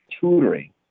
tutoring